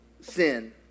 sin